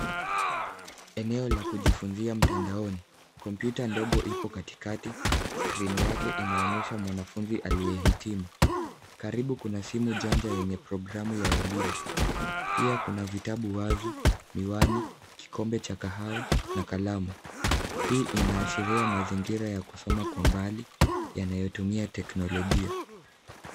Eneo la kujifunzia mtandaoni. Komputa ndogo ipo katikati, skrini yake inaonyesha mwanafunzi aliye hitimu. Karibu kuna simu janja yenye programu ya elimu. Pia kuna vitabu wazi, miwani, kikombe cha kahawa na kalamu. Hii inaashiria mazingira ya kusoma kwa mbali yanayotumia teknolojia.